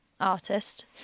artist